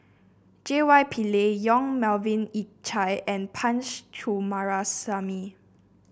J Y Pillay Yong Melvin Yik Chye and Punch Coomaraswamy